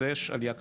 יש עלייה כזאת,